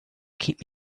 keep